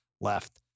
left